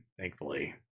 thankfully